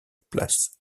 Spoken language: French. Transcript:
place